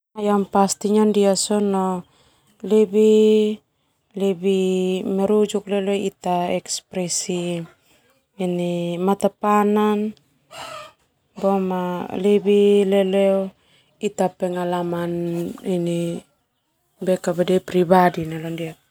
Ndia sona lebih merujuk leo ita ekpresi mata panan ita pengalaman ini pribadi.